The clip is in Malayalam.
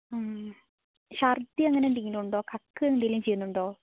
ശർദി അങ്ങനെന്തേലും ഉണ്ടോ കക്കുകയോ എന്തേലും ചെയ്യുന്നുണ്ടോ